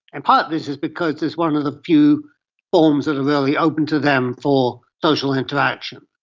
and partly this is because it's one of the few forms that are really open to them for social interaction.